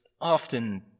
often